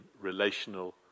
relational